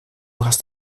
hast